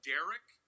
Derek